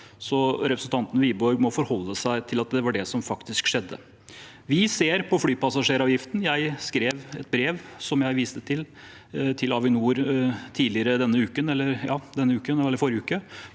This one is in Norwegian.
Så representanten Wiborg må forholde seg til at det var det som faktisk skjedde. Vi ser på flypassasjeravgiften. Jeg skrev et brev, som jeg viste til, til Avinor i forrige uke,